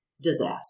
disaster